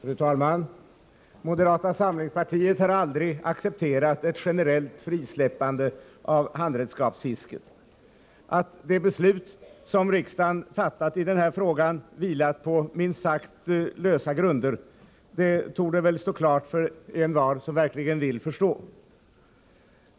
Fru talman! Moderata samlingspartiet har aldrig accepterat ett generellt frisläppande av handredskapsfisket. Att det beslut som riksdagen fattat i denna fråga vilat på minst sagt lösa grunder torde nu stå klart för envar som verkligen vill förstå.